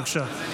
בבקשה.